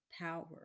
power